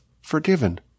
forgiven